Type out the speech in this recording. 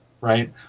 right